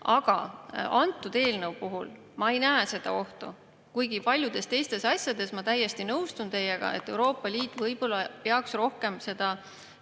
Aga antud eelnõu puhul ma ei näe seda ohtu. Kuigi paljudes teistes asjades ma täiesti nõustun teiega, et Euroopa Liit võib-olla peaks rohkem jääma